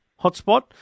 hotspot